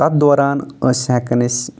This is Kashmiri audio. تتھ دوران أسۍ نہٕ ہٮ۪کان أسۍ